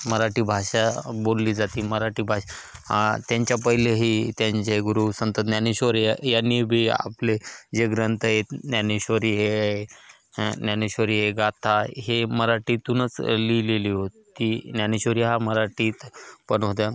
मराठी भाषा बोलली जाते मराठी भाषा त्यांच्या पहिलेही त्यांचे गुरु संत ज्ञानेश्वरी या यांनी बी आपले जे ग्रंथ आहेत ज्ञानेश्वरी हे आहे ज्ञानेश्वरी हे गाथा हे मराठीतूनच लिहिलेली होती ज्ञानेश्वरी हा मराठीत पण होत्या